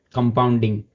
Compounding